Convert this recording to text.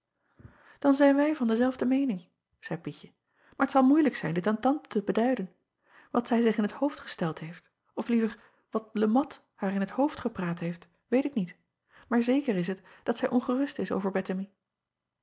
an zijn wij van dezelfde meening zeî ietje maar t zal moeilijk zijn dit aan ante te beduiden at zij zich in t hoofd gesteld heeft of liever wat e at haar in t hoofd gepraat heeft weet ik niet maar zeker is het dat zij ongerust is over